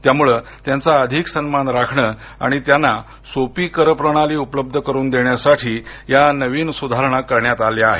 त्यामुळं त्यांचा अधिक सन्मान राखणं आणि त्यांना सोपी कर प्रणाली उपलब्ध करून देण्यासाठी या नवीन सुधारणा करण्यात आल्या आहेत